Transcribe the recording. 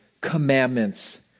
commandments